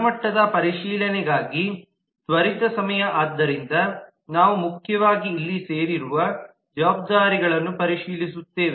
ಗುಣಮಟ್ಟದ ಪರಿಶೀಲನೆಗಾಗಿ ತ್ವರಿತ ಸಮಯ ಆದ್ದರಿಂದ ನಾವು ಮುಖ್ಯವಾಗಿ ಇಲ್ಲಿ ಸೇರಿಸಿರುವ ಜವಾಬ್ದಾರಿಗಳನ್ನು ಪರಿಶೀಲಿಸುತ್ತೇವೆ